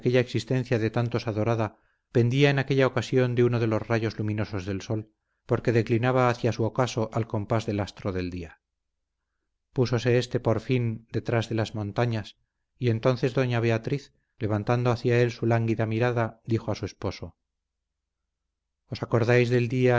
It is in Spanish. aquella existencia de tantos adorada pendía en aquella ocasión de uno de los rayos luminosos del sol porque declinaba hacia su ocaso al compás del astro del día púsose éste por fin detrás de las montañas y entonces doña beatriz levantando hacia él su lánguida mirada dijo a su esposo os acordáis del día